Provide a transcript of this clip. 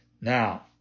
Now